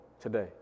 today